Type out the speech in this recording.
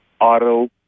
auto